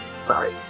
Sorry